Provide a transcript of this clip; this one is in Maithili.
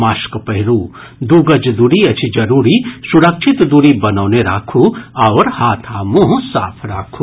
मास्क पहिरू दू गज दूरी अछि जरूरी सुरक्षित दूरी बनौने राखू आओर हाथ आ मुंह साफ राखू